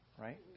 right